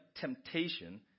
temptation